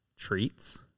treats